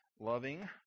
loving